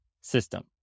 system